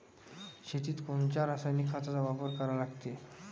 शेतीत कोनच्या रासायनिक खताचा वापर करा लागते?